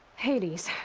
hades.